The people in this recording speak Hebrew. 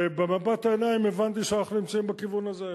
ובמבט העיניים הבנתי שאנחנו נמצאים בכיוון הזה,